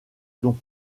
dons